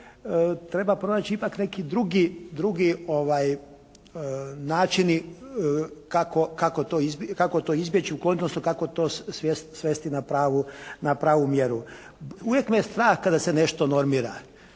treba pronaći ipak neki drugi način kako to izbjeći odnosno kako to svesti na pravu mjeru. Uvijek me je strah kada se nešto normira.